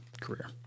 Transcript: career